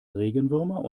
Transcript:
regenwürmer